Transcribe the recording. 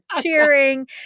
cheering